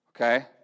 Okay